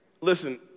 listen